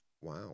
Wow